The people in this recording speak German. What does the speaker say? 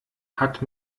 hat